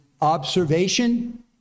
observation